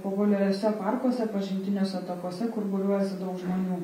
populiariuose parkuose pažintiniuose takuose kur būriuojasi daug žmonių